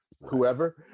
whoever